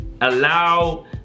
Allow